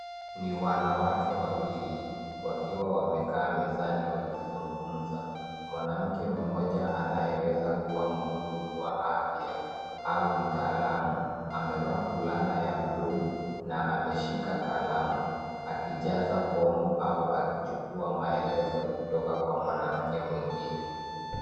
Ni wanawake Wawili wakiwa wamekaa mezani wakizungumza. Mwanamke mmoja anayeweza kuwa mhudumu wa afya au mtaalam amevaa fulana ya bluu na ameshika kalamu akijaza fomu au akichukua maelezo kutoka kwa mwanamke mwingine.